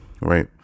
right